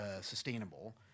sustainable